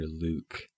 Luke